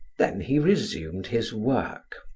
then he resumed his work.